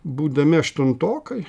būdami aštuntokai